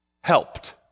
helped